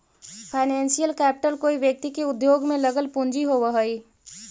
financial capital कोई व्यक्ति के उद्योग में लगल पूंजी होवऽ हई